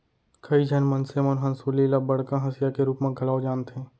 कइ झन मनसे मन हंसुली ल बड़का हँसिया के रूप म घलौ जानथें